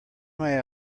may